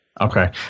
Okay